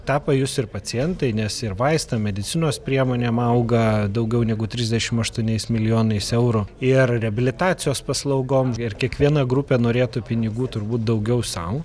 tą pajus ir pacientai nes ir vaistam medicinos priemonėm auga daugiau negu trisdešim aštuoniais milijonais eurų ir reabilitacijos paslaugom ir kiekviena grupė norėtų pinigų turbūt daugiau sau